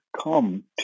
come